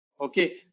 Okay